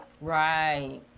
Right